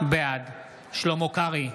בעד שלמה קרעי,